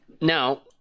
Now